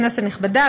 כנסת נכבדה,